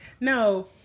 No